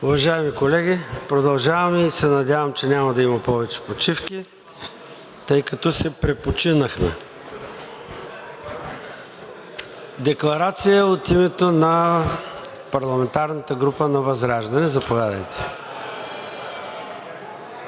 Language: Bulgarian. Уважаеми колеги, продължаваме и се надявам, че няма да има повече почивки, тъй като си препочинахме. Декларация от името на парламентарната група на ВЪЗРАЖДАНЕ – заповядайте.